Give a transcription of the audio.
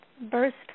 burst